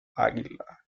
águila